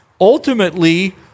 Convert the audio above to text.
ultimately